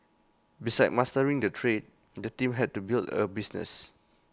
besides mastering the trade the team had to build A business